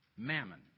mammon